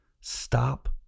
stop